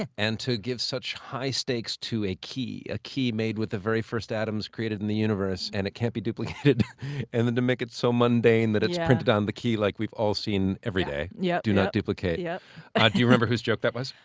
and to give such high stakes to a key a key made with the very first atoms created in the universe and it can't be duplicated and then to make it so mundane that it's printed on the key like we've all see every day, yeah do not duplicate. yeah ah do you remember whose joke that was?